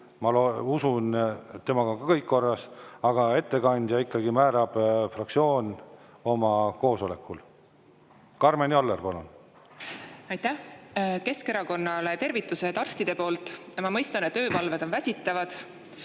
ma usun, et temaga on ka kõik korras. Aga ettekandja määrab ikkagi fraktsioon oma koosolekul. Karmen Joller, palun! Aitäh! Keskerakonnale tervitused arstide poolt! Ma mõistan, et öövalved on väsitavad.